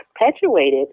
perpetuated